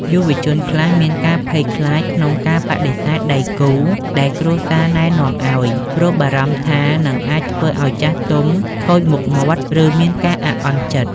យុវវ័យខ្លះមានការភ័យខ្លាចក្នុងការបដិសេធដៃគូដែលគ្រួសារណែនាំឱ្យ ព្រោះបារម្ភថាអាចនឹងធ្វើឱ្យចាស់ទុំខូចមុខមាត់ ឬមានការអាក់អន់ចិត្ត។